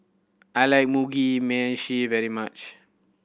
I like Mugi Meshi very much